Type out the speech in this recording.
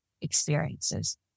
experiences